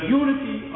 unity